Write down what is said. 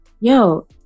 yo